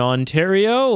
Ontario